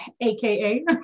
AKA